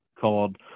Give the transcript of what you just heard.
called